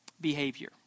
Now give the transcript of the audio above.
behavior